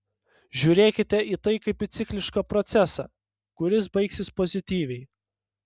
žiūrėkite į tai kaip į ciklišką procesą kuris baigsis pozityviai